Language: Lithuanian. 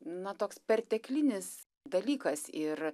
na toks perteklinis dalykas ir